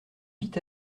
vit